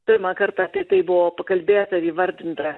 pirmą kartą apie tai buvo pakalbėta ir įvardinta